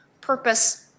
purpose